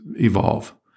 evolve